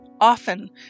often